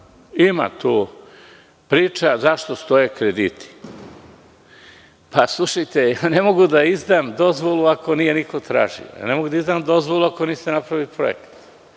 ima tu priča zašto stoje krediti. Ja ne mogu da izdam dozvolu ako nije niko tražio. Ne mogu da izdam dozvolu ako niste napravili projekat.